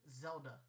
Zelda